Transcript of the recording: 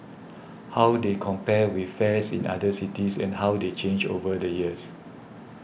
how they compare with fares in other cities and how they change over the years